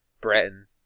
Breton